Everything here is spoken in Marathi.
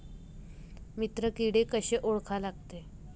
मित्र किडे कशे ओळखा लागते?